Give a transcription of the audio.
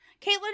Caitlin